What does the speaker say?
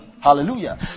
Hallelujah